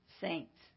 saints